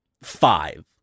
five